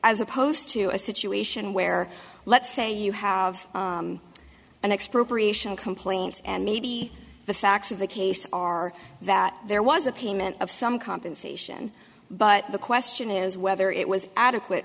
as opposed to a situation where let's say you have an expropriation complaint and maybe the facts of the case are that there was a payment of some compensation but the question is whether it was adequate